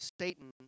Satan